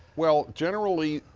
well, generally,